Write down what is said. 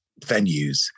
venues